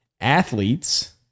athletes